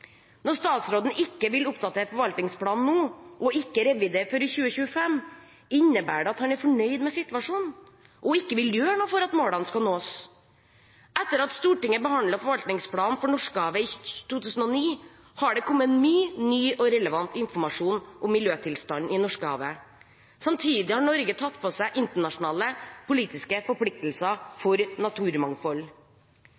Når statsråden ikke vil oppdatere forvaltningsplanen nå og ikke revidere den før i 2025, innebærer det at han er fornøyd med situasjonen og ikke vil gjøre noe for at målene skal nås? Etter at Stortinget behandlet forvaltningsplanen for Norskehavet i 2009, har det kommet mye ny og relevant informasjon om miljøtilstanden i Norskehavet. Samtidig har Norge tatt på seg internasjonale politiske forpliktelser